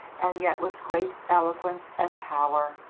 and yet with great eloquence and power.